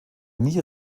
nie